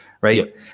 right